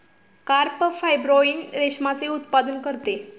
carp fibroin रेशमाचे उत्पादन करते